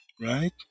right